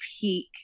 peak